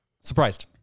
surprised